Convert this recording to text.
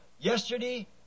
yesterday